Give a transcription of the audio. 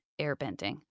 airbending